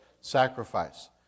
sacrifice